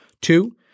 Two